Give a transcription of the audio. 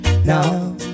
Now